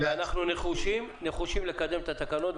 אנחנו נחושים לקדם את התקנות,